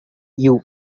you